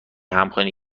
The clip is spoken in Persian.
همخوانی